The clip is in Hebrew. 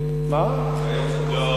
המערב הפרוע היום זה,